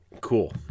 Cool